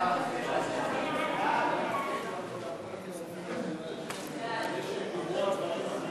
ההצעה להעביר את הצעת חוק מיסוי מקרקעין (שבח ורכישה) (תיקון מס'